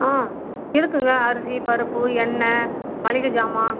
ஆ இருக்குதுங்க அரிசி பருப்பு எண்ணெ மளிகை ஜாமான்